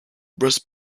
breast